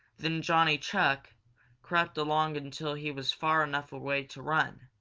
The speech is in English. then johnny chuck crept along until he was far enough away to run.